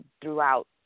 throughout